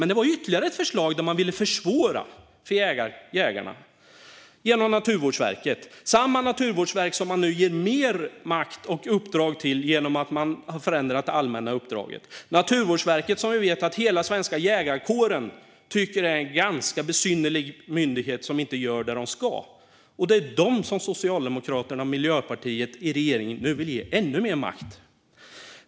Men detta var ytterligare ett förslag där man ville försvåra för jägarna genom Naturvårdsverket - samma naturvårdsverk som man nu ger mer makt och uppdrag till genom att man har förändrat det allmänna uppdraget. Vi vet att hela den svenska jägarkåren tycker att Naturvårdsverket är en ganska besynnerlig myndighet som inte gör det den ska. Den vill Socialdemokraterna och Miljöpartiet i regeringen nu ge ännu mer makt.